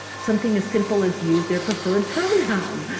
something as simple as use their preferred pronoun,